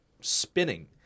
spinning